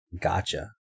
Gotcha